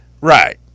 right